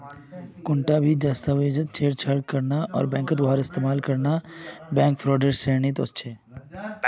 कुंटा भी दस्तावेजक छेड़छाड़ करे बैंकत वहार इस्तेमाल करना बैंक फ्रॉडेर श्रेणीत वस्छे